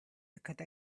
because